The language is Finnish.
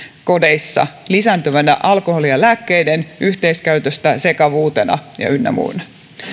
kodeissa lisääntyvänä alkoholin ja lääkkeiden yhteiskäytöstä johtuvana sekavuutena ynnä muuna